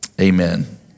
amen